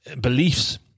beliefs